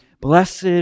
blessed